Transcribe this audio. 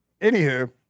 Anywho